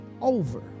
over